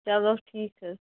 چلو ٹھیٖک حظ